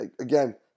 again